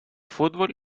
fútbol